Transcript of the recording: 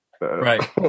Right